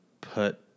put –